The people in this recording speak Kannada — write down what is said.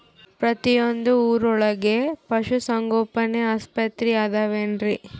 ಪ್ರತಿಯೊಂದು ಊರೊಳಗೆ ಪಶುಸಂಗೋಪನೆ ಆಸ್ಪತ್ರೆ ಅದವೇನ್ರಿ?